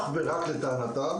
לטענתם